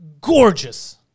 Gorgeous